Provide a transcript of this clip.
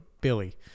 billy